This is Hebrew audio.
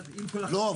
לא,